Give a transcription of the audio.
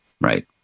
Right